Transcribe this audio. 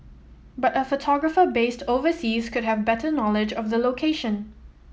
but a photographer based overseas could have better knowledge of the location